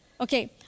Okay